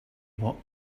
what